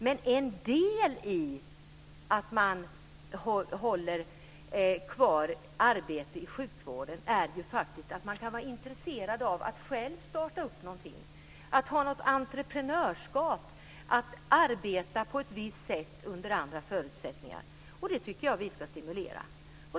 Men en del i att hålla kvar arbete i sjukvården är faktiskt att man kan vara intresserad av att starta någonting, att ha ett entreprenörskap, att arbeta på ett visst sätt under andra förutsättningar. Det tycker jag att vi ska stimulera.